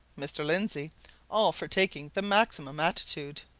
mr. lindsey all for taking the maximum attitude.